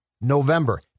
November